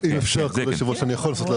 אני רוצה לראות כאן